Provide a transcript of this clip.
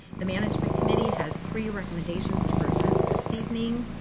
the management committee has three recommendations to present this evening.